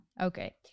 Okay